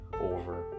over